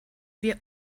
wir